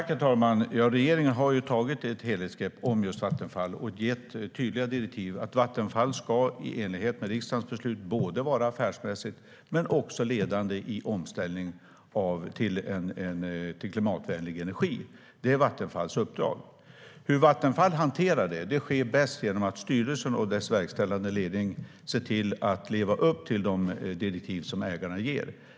Herr talman! Regeringen har tagit ett helhetsgrepp om Vattenfall och gett tydliga direktiv, att Vattenfall i enlighet med riksdagens beslut ska vara både affärsmässigt och ledande i omställningen till klimatvänlig energi. Det är Vattenfalls uppdrag. Vattenfall hanterar det uppdraget bäst genom att styrelsen och dess verkställande ledning ser till att leva upp till de direktiv som ägarna ger.